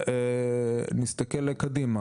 ונסתכל לקדימה.